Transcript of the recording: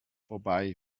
vorbei